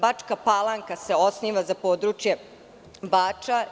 Bačka Palanka se osniva za područje Bača.